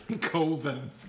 Coven